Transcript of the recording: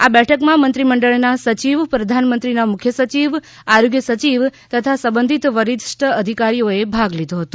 આ બેઠકમાં મંત્રીમંડળના સચિવ પ્રધાનમંત્રીના મુખ્ય સચિવ આરોગ્ય સચિવ તથા સંબંધિત વરિષ્ઠ અધિકારીઓએ ભાગ લીધો હતો